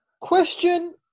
Question